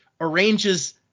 arranges